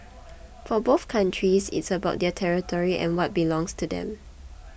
for both countries it's about their territory and what belongs to them